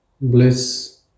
bliss